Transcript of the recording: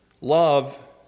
Love